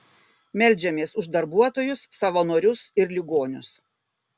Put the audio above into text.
meldžiamės už darbuotojus savanorius ir ligonius